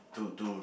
to to